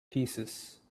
thesis